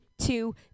two